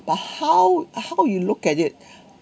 but how how you look at it